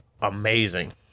amazing